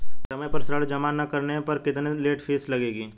समय पर ऋण जमा न करने पर कितनी लेट फीस लगेगी?